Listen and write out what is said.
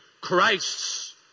Christ's